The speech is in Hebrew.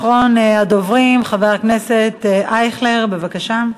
אחרון הדוברים, חבר הכנסת אייכלר, בבקשה.